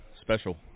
special